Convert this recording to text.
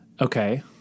Okay